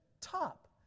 top